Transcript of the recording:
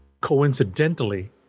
coincidentally